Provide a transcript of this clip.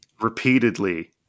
Repeatedly